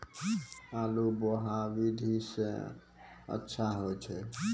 आलु बोहा विधि सै अच्छा होय छै?